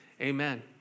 Amen